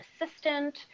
assistant